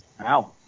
Wow